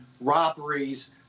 robberies